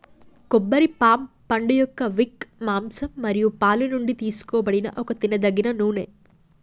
కొబ్బరి పామ్ పండుయొక్క విక్, మాంసం మరియు పాలు నుండి తీసుకోబడిన ఒక తినదగిన నూనె